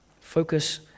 Focus